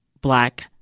black